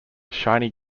shiny